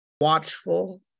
watchful